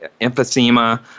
emphysema